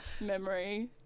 memory